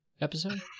episode